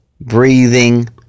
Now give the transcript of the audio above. breathing